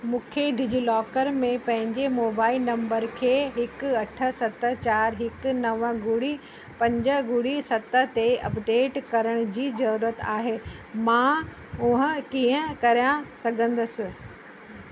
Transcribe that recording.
मूंखे डिजिलॉकर में पंहिंजे मोबाइल नंबर खे हिकु अठ सत चारि हिकु नव ॿुड़ी पंज ॿुड़ी सत ते अपडेट करण जी ज़रूरत आहे मां उहा कीअं करे सघंदसि